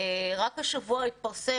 רק השבוע התפרסם,